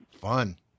Fun